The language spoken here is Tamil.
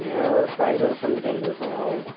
என்ன ஒரு ஃபைவ் தௌசண்ட் டென் தௌசண்ட் ஆகும்மா